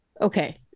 okay